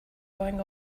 going